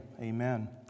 amen